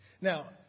Now